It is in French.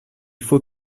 faut